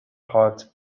part